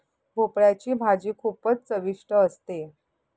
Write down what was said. भोपळयाची भाजी खूपच चविष्ट असते